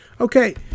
Okay